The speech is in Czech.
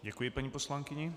Děkuji paní poslankyni.